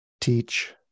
teach